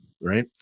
right